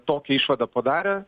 tokią išvadą padarė